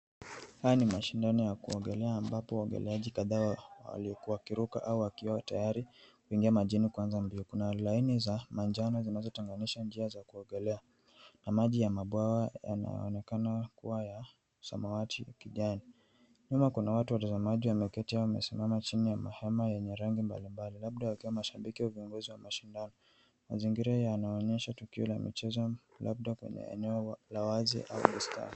Haya ni mashindano ya kuogelea ambapo waogeleaji kadhaa wakiruka au wakiwa tayari kuingia majini kuanza mbio. Kuna laini za manjano zinazotenganisha njia za kuogelea na maji ya mabwawa yanaonekana kuwa ya samawati au kijani. Nyuma kuna watu watazamaji wameketi au wamesimama chini ya mahema yenye rangi mbalimbali labda wakiwa mashabiki au viongozi wa mashindano. Mazingira yanaonyesha tukio la michezo labda kwenye eneo la wazi au bustani.